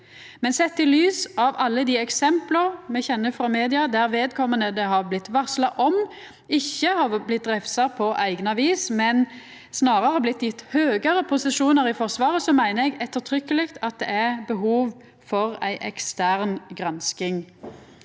Men sett i lys av alle dei eksempla me kjenner frå media, der vedkomande det har blitt varsla om, ikkje har blitt refsa på eigna vis, men snarare blitt gjeve høgare posisjonar i Forsvaret, meiner eg ettertrykkjeleg at det er behov for ei ekstern gransking.